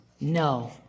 No